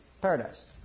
paradise